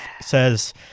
says